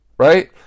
Right